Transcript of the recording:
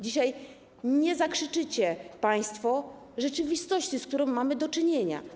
Dzisiaj nie zakrzyczycie państwo rzeczywistości, z którą mamy do czynienia.